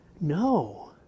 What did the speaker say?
no